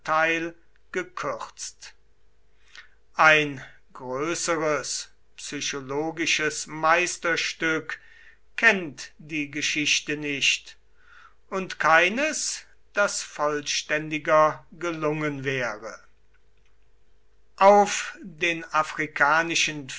gekürzt ein größeres psychologisches meisterstück kennt die geschichte nicht und keines das vollständiger gelungen wäre auf den afrikanischen